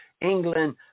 England